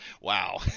Wow